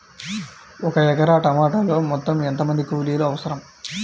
ఒక ఎకరా టమాటలో మొత్తం ఎంత మంది కూలీలు అవసరం?